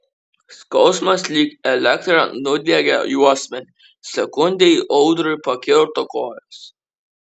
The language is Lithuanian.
skausmas lyg elektra nudiegė juosmenį sekundei audriui pakirto kojas